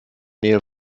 nähe